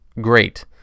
great